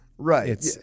Right